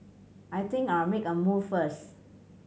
I think I'll make a move first